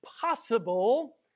possible